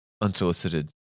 unsolicited